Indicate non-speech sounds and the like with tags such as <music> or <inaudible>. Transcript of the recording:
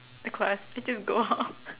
the class I just go <laughs> out